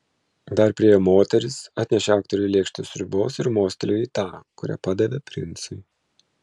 dar priėjo moteris atnešė aktoriui lėkštę sriubos ir mostelėjo į tą kurią padavė princui